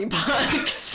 bucks